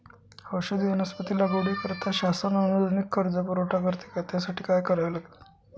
औषधी वनस्पती लागवडीकरिता शासन अनुदानित कर्ज पुरवठा करते का? त्यासाठी काय करावे लागेल?